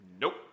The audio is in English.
Nope